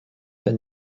wenn